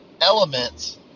elements